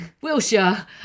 Wilshire